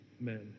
men